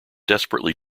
desperately